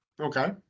okay